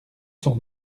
son